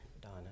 Donna